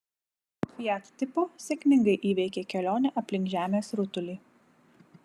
fiat tipo sėkmingai įveikė kelionę aplink žemės rutulį